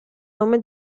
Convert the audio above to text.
nome